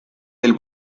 del